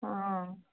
ହଁ